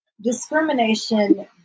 discrimination